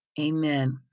amen